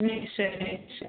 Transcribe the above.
নিশ্চয়ই নিশ্চয়ই